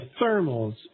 thermals